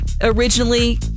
originally